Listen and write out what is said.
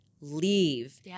leave